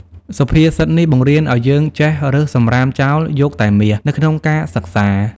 សុភាសិតនេះបង្រៀនឱ្យយើងចេះ «រើសសម្រាមចោល យកតែមាស» នៅក្នុងការសិក្សា។